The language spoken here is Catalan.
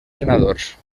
senadors